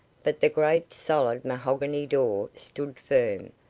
but the great, solid mahogany door stood firm,